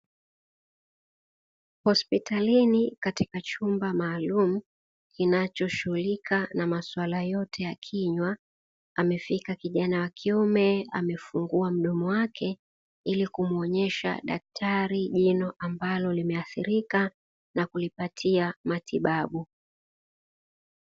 Hospitalini katika chumba maalumu kinachoshuhulika na maswala yote ya kinywa, amefika kijana wa kiume amefungua mdomo wake, ili kumwonesha daktari jino ambalo limeathirika na kulipatia matibabu.